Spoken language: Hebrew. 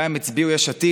גם אם הצביעו יש עתיד,